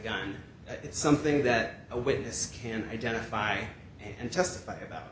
gun it's something that a witness can identify and testify about